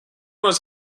was